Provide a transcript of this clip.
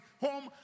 home